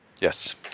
Yes